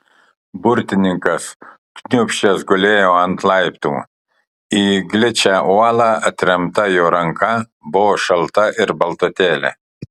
burtininkas kniūbsčias gulėjo ant laiptų į gličią uolą atremta jo ranka buvo šalta ir baltutėlė